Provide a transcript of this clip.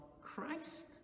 Christ